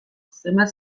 zenbat